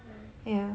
mm